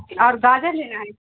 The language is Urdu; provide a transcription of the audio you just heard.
اور گاجر لینا ہے